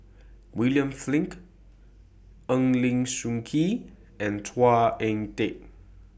William Flint Eng Lee Seok Chee and Chua Ek Kay